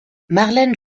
marlène